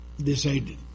decided